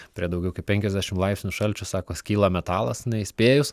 prie daugiau kaip penkiasdešim laipsnių šalčio sako skyla metalas neįspėjus